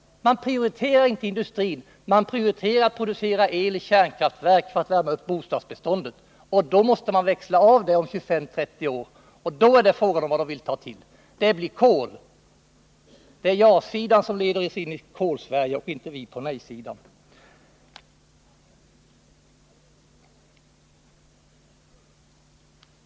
Man prioriterar inte industrin, man prioriterar att producera el i kärnkraftverk för att värma upp bostadsbeståndet. Och 25-30 år måste man växla om, och då är det fråga om vad man vill ta blir kol. Det är ja-sidan som leder oss in i Kolsverige nej-sidan.